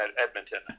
edmonton